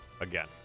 Again